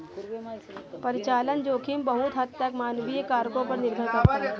परिचालन जोखिम बहुत हद तक मानवीय कारकों पर निर्भर करता है